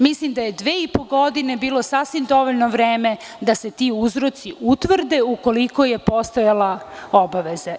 Mislim da je dve i po godine bilo sasvim dovoljno vreme da se ti uzroci utvrde, ukoliko je postojala obaveza.